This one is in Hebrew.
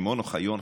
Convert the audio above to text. שמעון אוחיון,